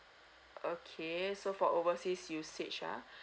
okay so for overseas usage ah